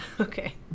Okay